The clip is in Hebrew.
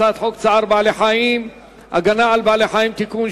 הצעת חוק צער בעלי-חיים (הגנה על בעלי-חיים) (תיקון,